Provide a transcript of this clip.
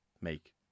make